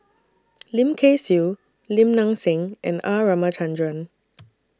Lim Kay Siu Lim Nang Seng and R Ramachandran